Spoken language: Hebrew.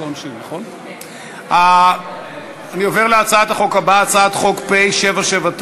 אני עובר להצעת החוק הבאה, הצעת חוק פ/779.